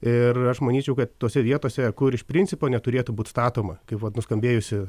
ir aš manyčiau kad tose vietose kur iš principo neturėtų būt statoma kai vat nuskambėjusi